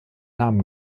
namen